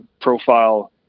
profile